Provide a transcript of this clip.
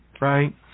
right